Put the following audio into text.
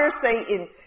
Satan